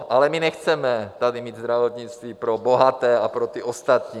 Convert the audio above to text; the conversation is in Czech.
Ale my nechceme tady mít zdravotnictví pro bohaté a pro ty ostatní.